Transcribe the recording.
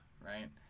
right